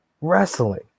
wrestling